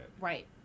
right